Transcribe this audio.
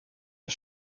are